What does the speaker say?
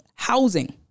housing